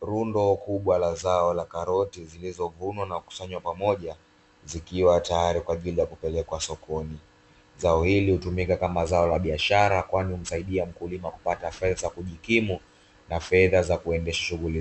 Rundo kubwa la zao la karoti, zilizovunwa na kukusanywa kwa pamoja. Zikiwa tayari kwa ajili ya kupelekwa sokoni, zao hili hutumika kama zak la biashara kwani humsaidia mkulima kupata fedha za kujikimu na fedha za kuendesha shughuli